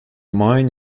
mines